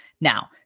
Now